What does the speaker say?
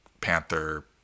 Panther